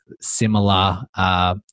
similar